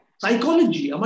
psychology